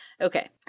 Okay